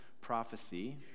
prophecy